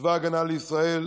בצבא ההגנה לישראל,